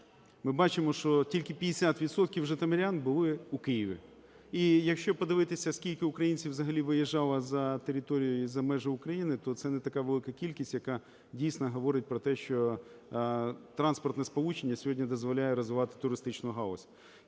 Ми бачимо, що тільки 50 відсотків житомирян були у Києві. І якщо подивитися, скільки українців взагалі виїжджали за територію і за межі України, то це не така велика кількість, яка дійсно говорить про те, що транспортне сполучення сьогодні дозволяє розвивати туристичну галузь.